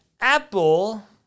Apple